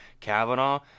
Kavanaugh